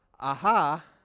Aha